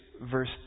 verse